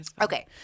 Okay